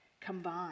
combine